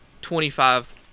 twenty-five